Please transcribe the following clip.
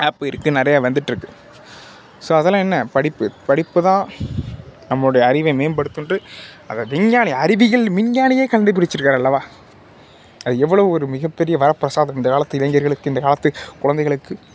app இருக்குது நிறையா வந்துட்டு இருக்குது ஸோ அதெல்லாம் என்ன படிப்பு படிப்பு தான் நம்மளுடைய அறிவை மேம்படுத்தும்னுட்டு அதை விஞ்ஞானி அறிவியல் விஞ்ஞானியே கண்டு பிடுச்சுருக்காரு அல்லவா அது எவ்வளோ மிகப்பெரிய ஒரு வரப்பிரசாதம் இந்தக் காலத்து இளைஞர்களுக்கு இந்தக் காலத்து குழந்தைகளுக்கு